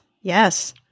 yes